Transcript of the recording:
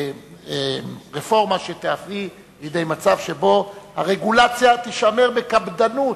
רפורמה שתביא לידי מצב שבו הרגולציה תישמר בקפדנות.